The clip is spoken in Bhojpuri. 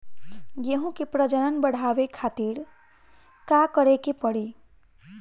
गेहूं के प्रजनन बढ़ावे खातिर का करे के पड़ी?